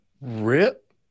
Rip